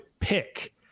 pick